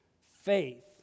Faith